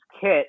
Kit